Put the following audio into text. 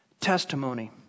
testimony